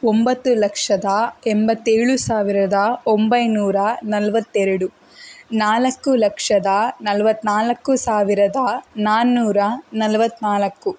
ಒಂಬತ್ತು ಲಕ್ಷದ ಎಂಬತ್ತೇಳು ಸಾವಿರದ ಒಂಬೈನೂರ ನಲವತ್ತೆರಡು ನಾಲ್ಕು ಲಕ್ಷದ ನಲವತ್ತ್ನಾಲ್ಕು ಸಾವಿರದ ನಾನ್ನೂರ ನಲವತ್ತ್ನಾಲ್ಕು